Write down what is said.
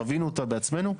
חווינו אותה בעצמנו,